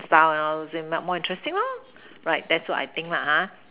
style and all those thing more interesting lah right that's what I think lah !huh!